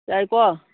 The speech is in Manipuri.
ꯌꯥꯏꯀꯣ